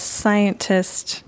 scientist